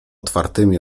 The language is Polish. otwartymi